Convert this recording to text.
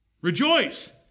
rejoice